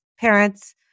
parents